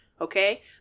okay